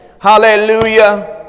Hallelujah